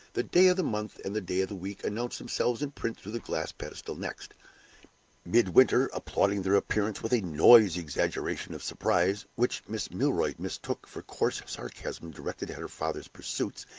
the day of the month and the day of the week announced themselves in print through the glass pedestal next midwinter applauding their appearance with a noisy exaggeration of surprise, which miss milroy mistook for coarse sarcasm directed at her father's pursuits,